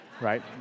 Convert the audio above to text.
right